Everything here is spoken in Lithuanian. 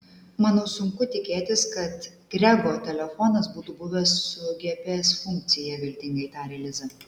manau sunku tikėtis kad grego telefonas būtų buvęs su gps funkcija viltingai tarė liza